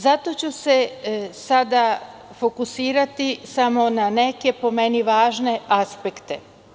Zato ću se sada fokusirati samo na neke meni važne aspekte.